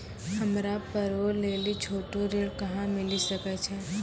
हमरा पर्वो लेली छोटो ऋण कहां मिली सकै छै?